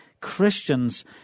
Christians